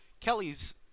Kelly's